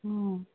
অঁ